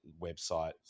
website